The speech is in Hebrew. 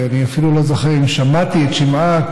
אני אפילו לא זוכר אם שמעתי את שמעה,